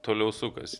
toliau sukas